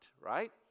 right